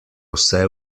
vse